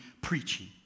preaching